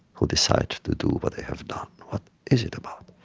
who decide to do what they have done? what is it about?